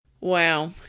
Wow